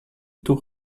too